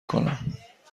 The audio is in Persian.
کنم